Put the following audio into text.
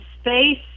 space